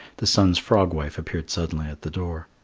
the sun's frog-wife appeared suddenly at the door.